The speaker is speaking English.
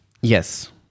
yes